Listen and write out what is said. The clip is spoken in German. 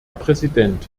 präsident